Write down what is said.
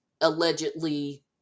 allegedly